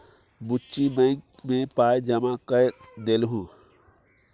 बुच्ची बैंक मे पाय जमा कए देलहुँ